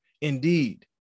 Indeed